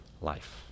life